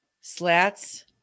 slats